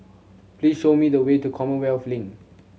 please show me the way to Commonwealth Link